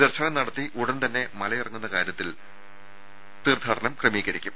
ദർശനം നടത്തി ഉടൻ തന്നെ മലയിറങ്ങുന്ന തരത്തിൽ തീർത്ഥാടനം ക്രമീകരിക്കും